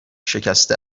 شکسته